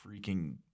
freaking